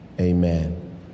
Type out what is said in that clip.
Amen